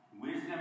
wisdom